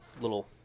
little